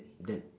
that